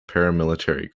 paramilitary